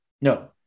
No